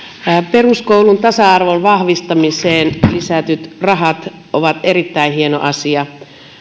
peruskoulun tasa arvon vahvistamiseen lisätyt rahat ovat erittäin hieno asia